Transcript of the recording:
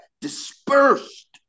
dispersed